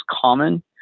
common